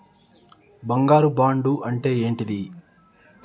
బంగారు బాండు అంటే ఏంటిది?